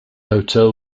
hotel